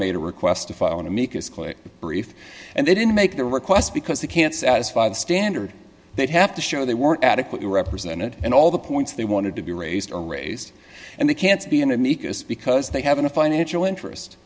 made a request if i want to make is quite brief and they didn't make the request because they can't satisfy the standard they'd have to show they weren't adequately represented and all the points they wanted to be raised are raised and they can't be an amicus because they haven't a financial interest